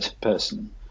person